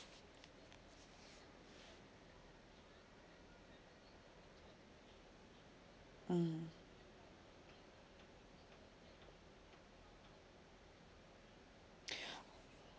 mm